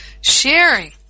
sharing